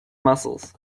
muscles